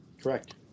Correct